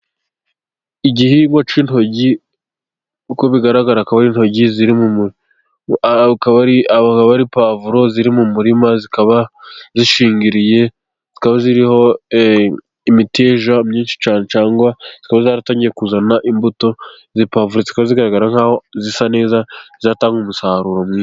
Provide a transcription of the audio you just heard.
Igihingwa cy'intoryi uko bigaragara intoryi zikaba ari pavuro ziri mu murima zikaba zishingiriye, zikaba ziriho imiteja myinshi cyane cyangwa zikaba zaratangiye kuzana imbuto. Izi pavuro zikaba zigaragara nk'aho zisa neza zatanga umusaruro mwiza.